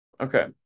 Okay